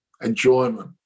enjoyment